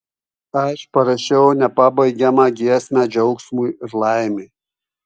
aš parašiau nepabaigiamą giesmę džiaugsmui ir laimei